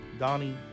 Donnie